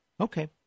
Okay